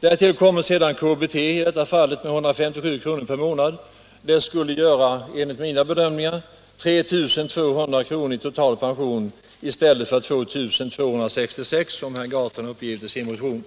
Därtill kommer sedan KBT, i detta fall med 157 kr. per månad. Det skulle göra, enligt mina bedömningar, 3 200 kr. i total pension i stället för 2 266 kr. som herr Gahrton uppger i sin motion.